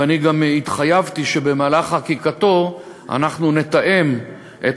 ואני גם התחייבתי שבמהלך חקיקתו אנחנו נתאם את